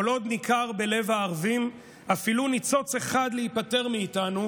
כל עוד ניכר בלב הערבים אפילו ניצוץ אחד של תקווה להיפטר מאיתנו,